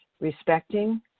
respecting